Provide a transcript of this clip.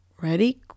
Ready